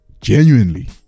genuinely